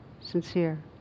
sincere